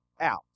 out